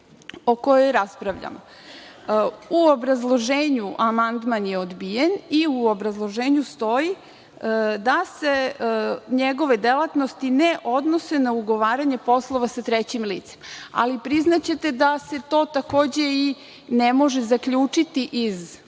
o kojoj raspravljamo.U obrazloženju amandman je odbijen i u obrazloženju stoji da se njegove delatnosti ne odnose na ugovaranje poslova sa trećim licem. Priznaćete da se to takođe ne može zaključiti iz